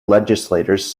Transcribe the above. legislators